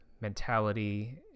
mentality